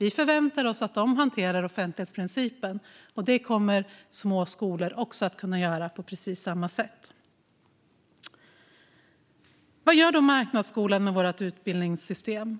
Vi förväntar oss att de hanterar offentlighetsprincipen. Det kommer små skolor också att kunna göra på precis samma sätt. Vad gör då marknadsskolan med vårt utbildningssystem?